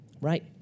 right